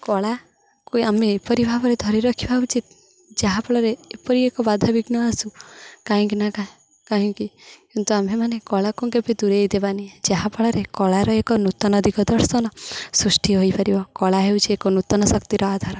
କଳାକୁ ଆମେ ଏପରି ଭାବରେ ଧରି ରଖିବା ଉଚିତ୍ ଯାହାଫଳରେ ଏପରି ଏକ ବାଧା ବିଘ୍ନ ଆସୁ କାହିଁକି ନା କାହିଁକି କିନ୍ତୁ ଆମେମାନେ କଳାକୁ କେବେ ଦୂରେଇ ଦେବାନି ଯାହାଫଳରେ କଳାର ଏକ ନୂତନ ଦିଗ ଦର୍ଶନ ସୃଷ୍ଟି ହୋଇଇପାରିବ କଳା ହେଉଛି ଏକ ନୂତନ ଶକ୍ତିର ଆଧାର